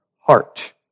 heart